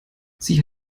sie